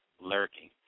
lurking